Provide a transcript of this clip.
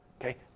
Okay